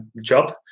job